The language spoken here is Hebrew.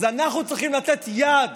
אז אנחנו צריכים לתת יד